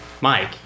Mike